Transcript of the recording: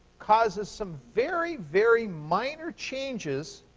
causes some very, very minor changes